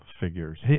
figures